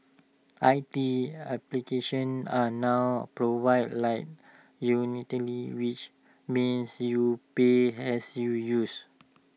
I T applications are now provided like utilities which means you pay as you use